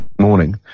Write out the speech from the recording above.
morning